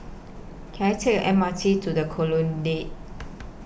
Can I Take The M R T to The Colonnade